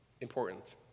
important